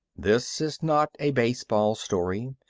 this is not a baseball story.